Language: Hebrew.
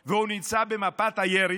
ונמצא על מפת הירי,